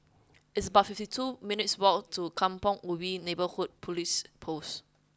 it's about fifty two minutes' walk to Kampong Ubi Neighbourhood Police Post